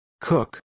cook